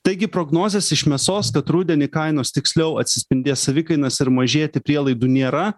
taigi prognozės iš mėsos kad rudenį kainos tiksliau atsispindės savikainas ir mažėti prielaidų nėra